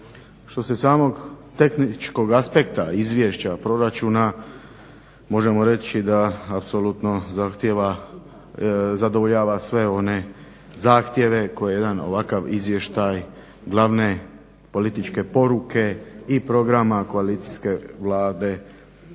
tiče samog tehničkog aspekta izvješća proračuna možemo reći da apsolutno zadovoljava sve one zahtjeve koje jedan ovakav izvještaj glavne političke poruke i programa koalicijske vlade